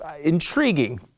intriguing